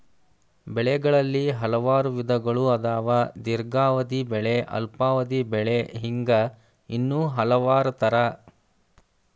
ಬೆಳೆಗಳಲ್ಲಿ ಹಲವಾರು ವಿಧಗಳು ಅದಾವ ದೇರ್ಘಾವಧಿ ಬೆಳೆ ಅಲ್ಪಾವಧಿ ಬೆಳೆ ಹಿಂಗ ಇನ್ನೂ ಹಲವಾರ ತರಾ